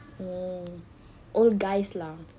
oh all guys lah